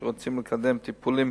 שרוצים לקדם טיפולים